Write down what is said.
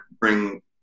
bring